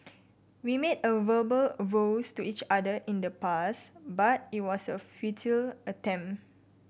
we made verbal vows to each other in the past but it was a futile attempt